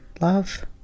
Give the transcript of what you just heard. love